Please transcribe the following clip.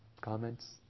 comments